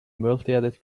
multiedit